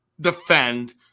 defend